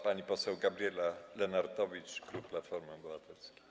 Pani poseł Gabriela Lenartowicz, klub Platforma Obywatelska.